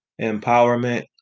empowerment